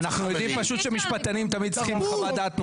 אנחנו יודעים פשוט שמשפטנים תמיד צריכים חוות דעת נוספת.